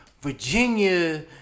Virginia